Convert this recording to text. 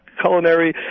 culinary